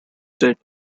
death